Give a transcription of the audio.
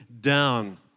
down